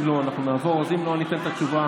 אם לא, ניתן את התשובה